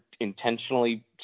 intentionally